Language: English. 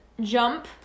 jump